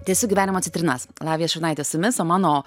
tęsiu gyvenimi citrinas lavija šurnaitė su jumis o mano